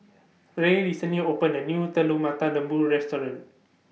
Ray recently opened A New Telur Mata Lembu Restaurant